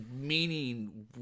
meaning